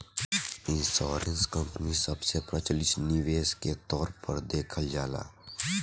insurance company सबसे प्रचलित निवेश के तौर पर देखल जाला